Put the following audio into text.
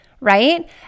right